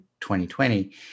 2020